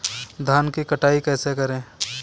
धान की कटाई कैसे करें?